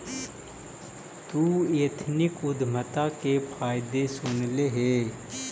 तु एथनिक उद्यमिता के फायदे सुनले हे?